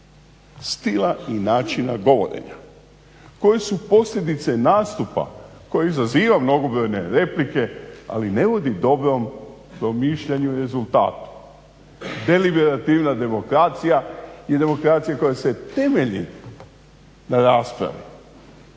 stila i načina govorenja, koje su posljedice nastupa koje izaziva mnogobrojne replike ali ne vodi dobrom promišljanju i rezultatu. Deliverativna demokracija je demokracija koja se temelji na raspravi,